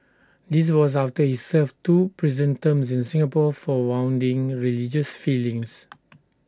this was after he served two prison terms in Singapore for wounding religious feelings